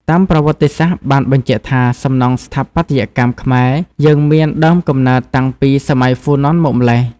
តាមប្រវត្តិសាស្រ្តបានបញ្ជាក់ថាសំណង់ស្ថាបត្យកម្មខ្មែរយើងមានដើមកំណើតតាំងពីសម័យហ្វូណនមកម៉្លេះ។